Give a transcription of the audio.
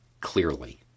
clearly